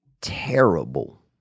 terrible